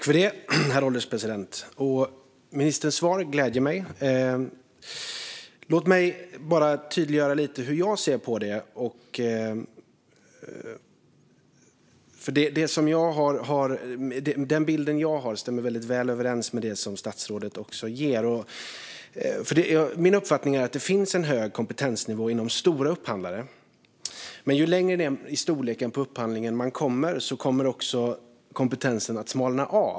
Herr ålderspresident! Ministerns svar gläder mig. Låt mig tydliggöra hur jag ser på det. Den bild jag har stämmer väl överens med den som statsrådet ger. Min uppfattning är att det finns en hög kompetensnivå inom stora upphandlare. Men ju längre ned i storlek på upphandling man kommer, desto mer smalnar kompetensen av.